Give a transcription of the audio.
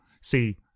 see